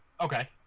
okay